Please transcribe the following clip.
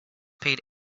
paid